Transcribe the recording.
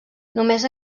només